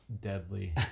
deadly